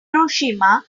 hiroshima